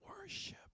worship